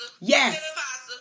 Yes